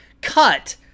cut